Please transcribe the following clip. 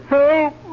help